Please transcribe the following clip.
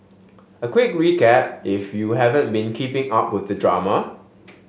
a quick recap if you haven't been keeping up with the drama